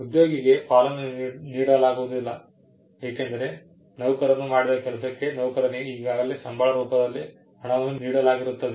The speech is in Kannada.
ಉದ್ಯೋಗಿಗೆ ಪಾಲನ್ನು ನೀಡಲಾಗುವುದಿಲ್ಲ ಏಕೆಂದರೆ ನೌಕರನು ಮಾಡಿದ ಕೆಲಸಕ್ಕೆ ನೌಕರನಿಗೆ ಈಗಾಗಲೇ ಸಂಬಳ ರೂಪದಲ್ಲಿ ಹಣವನ್ನು ನೀಡಲಾಗಿರುತ್ತದೆ